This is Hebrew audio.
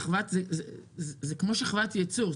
זה כמו שכבת ייצור,